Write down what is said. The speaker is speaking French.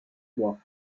moi